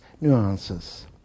nuances